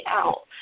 out